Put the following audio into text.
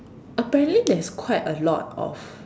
apparently there's quite a lot of